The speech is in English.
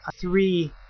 three